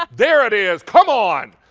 um there it is, come on!